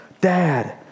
Dad